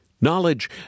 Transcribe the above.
Knowledge